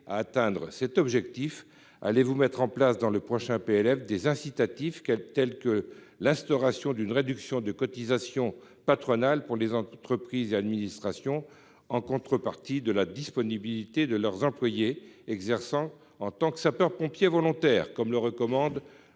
la secrétaire d'État, allez-vous mettre en place dans le prochain projet de loi de finances (PLF) des incitations ? Je pense à l'instauration d'une réduction de cotisations patronales pour les entreprises et administrations en contrepartie de la disponibilité de leurs employés exerçant en tant que sapeurs-pompiers volontaires, comme le recommande